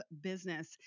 business